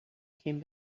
came